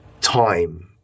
time